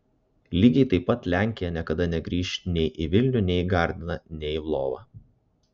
lygiai taip pat lenkija niekada negrįš nei į vilnių nei į gardiną nei į lvovą